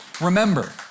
remember